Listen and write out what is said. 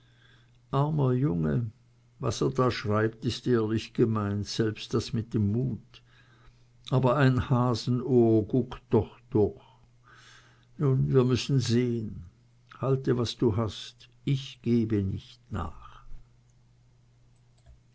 armer junge was er da schreibt ist ehrlich gemeint selbst das mit dem mut aber ein hasenohr guckt doch durch nun wir müssen sehen halte was du hast ich gebe nicht nach